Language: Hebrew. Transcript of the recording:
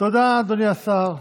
תודה על הדברים, אדוני השר.